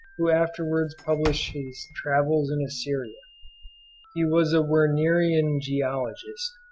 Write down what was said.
who afterwards published his travels in assyria he was a wernerian geologist,